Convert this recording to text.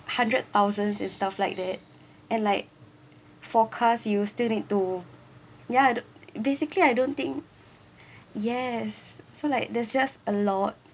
hundred thousands and stuff like that and like forecast you still need to ya basically I don't think yes so like there's just a lot